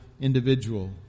individual